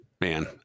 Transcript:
Man